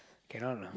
cannot lah